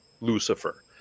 Lucifer